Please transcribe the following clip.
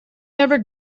never